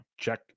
Check